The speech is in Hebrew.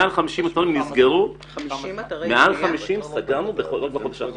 מעל 50 אתרים נסגרו בחודש האחרון.